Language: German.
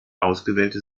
ausgewählte